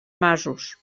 masos